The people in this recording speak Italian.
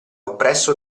oppresso